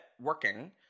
working